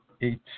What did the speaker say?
eight